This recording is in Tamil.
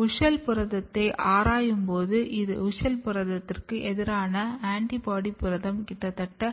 WUSCHEL புரதத்தை ஆராயும்போது இது WUSCHEL புரதத்திற்கு எதிரான ஆன்டிபாடி புரதம் கிட்டத்தட்ட